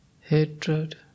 Hatred